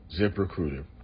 ZipRecruiter